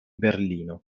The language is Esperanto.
berlino